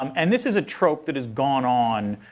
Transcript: um and this is a trope that has gone on,